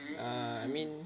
err I mean